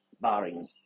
barring